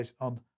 on